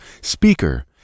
speaker